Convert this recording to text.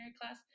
class